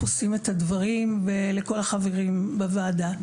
עושים את הדברים; ולכל החברים בוועדה.